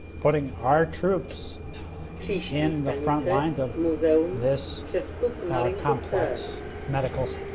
putting our troops in the front lines of this complex medical